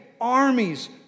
armies